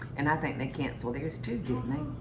and i think they cancel theirs too, didn't they?